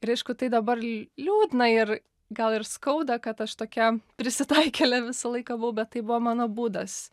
ir aišku tai dabar liūdna ir gal ir skauda kad aš tokia prisitaikėlė visą laiką buvau bet tai buvo mano būdas